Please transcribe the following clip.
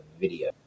video